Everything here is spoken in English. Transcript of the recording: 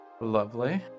Lovely